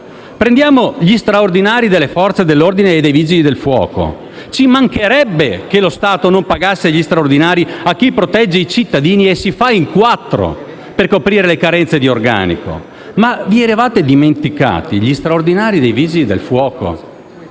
Prendiamo gli straordinari delle Forze dell'ordine e dei Vigili del fuoco: ci mancherebbe che lo Stato non pagasse gli straordinari a chi protegge i cittadini e si fa in quattro per coprire le carenze di organico. Ma vi eravate dimenticati gli straordinari dei Vigili del fuoco,